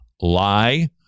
Lie